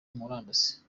murandasi